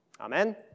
Amen